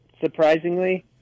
Surprisingly